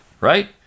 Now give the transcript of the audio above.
right